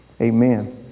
amen